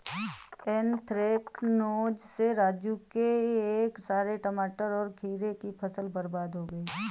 anthracnose से राजू के सारे टमाटर और खीरे की फसल बर्बाद हो गई